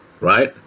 Right